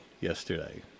yesterday